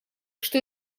что